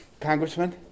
Congressman